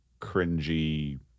cringy